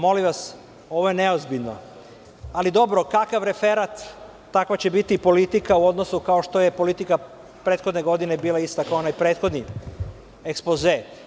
Molim vas, ovo je neozbiljno, ali dobro, kakav referat, takva će biti i politika u odnosu kao što je politika prethodne godine bila ista kao onaj prethodni ekspoze.